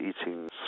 eating